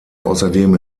außerdem